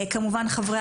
כמובן, חברי